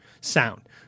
sound